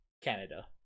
Canada